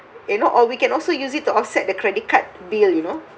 you know or we can also use it to offset the credit card bill you know